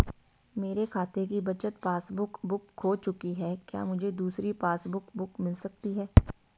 मेरे खाते की बचत पासबुक बुक खो चुकी है क्या मुझे दूसरी पासबुक बुक मिल सकती है?